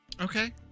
Okay